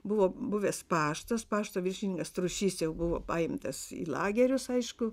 buvo buvęs paštas pašto viršininkas trušys jau buvo paimtas į lagerius aišku